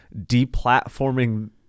deplatforming